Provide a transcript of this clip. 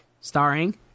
starring